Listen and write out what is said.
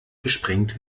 gesprengt